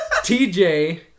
TJ